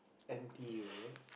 n_t_u